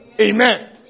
Amen